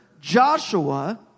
Joshua